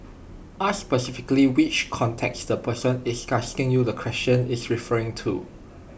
ask specifically which context the person is asking you the question is referring to